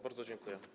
Bardzo dziękuję.